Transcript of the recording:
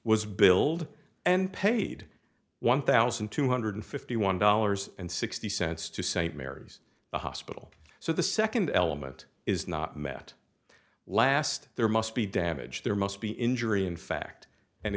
was billed and paid one thousand two hundred fifty one dollars and sixty cents to st mary's hospital so the second element is not met last there must be damage there must be injury in fact and